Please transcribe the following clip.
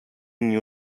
new